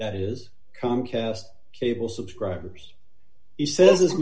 that is comcast cable subscribers he says is